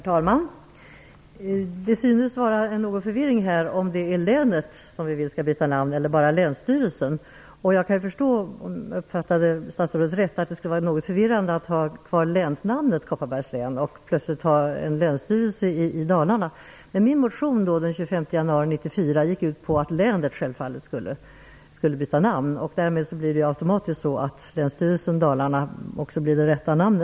Herr talman! Det synes råda en viss förvirring här om det är länet som vi vill skall byta namn eller bara Länsstyrelsen. Jag kan förstå att det skulle vara något förvirrande att ha kvar länsnamnet Kopparbergs län och ha en länsstyrelse i Dalarna. Min motion från den 25 januari 1994 gick ut på att det var länet som skulle byta namn. Därmed blir det automatiskt så att det rätta namnet på Länsstyrelsen blir Länsstyrelsen Dalarna.